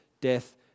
death